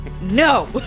No